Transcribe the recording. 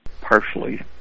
partially